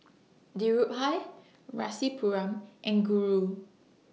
Dhirubhai Rasipuram and Guru